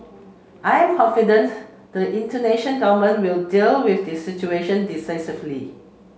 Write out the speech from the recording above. I am confident the Indonesian Government will deal with the situation decisively